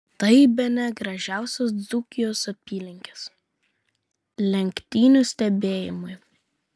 tai bene gražiausios dzūkijos apylinkės lenktynių stebėjimui